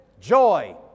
joy